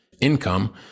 income